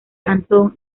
antón